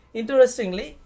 interestingly